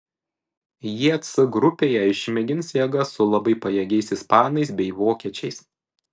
jie c grupėje išmėgins jėgas su labai pajėgiais ispanais bei vokiečiais